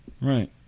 Right